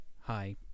Hi